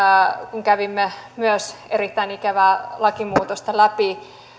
kun myös kävimme erittäin ikävää lakimuutosta läpi